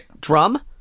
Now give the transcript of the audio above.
drum